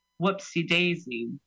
whoopsie-daisy